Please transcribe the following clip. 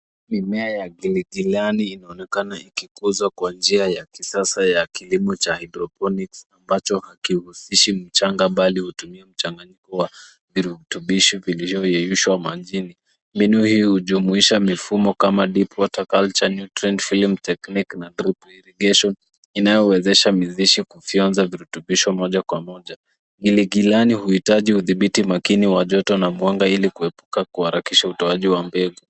Mimea ya iligilani inaonekana ikikuzwa kwa njia ya kisasa ya kilimo cha hydroponics ambacho hakihusishi mchanga bali hutumia mchanganyiko wa virutubisho vilivyoyeyushwa majini. Mbinu hii hujumuisha mifumo kama deep water culture nutrient frame technique na drip irrigation inayowezesha mizizi kufyonza virutubisho moja kwa moja. Iligilani huhitaji hudhibiti makini wa joto na mwanga ili kuepuka utoaji haraka wa mbegu.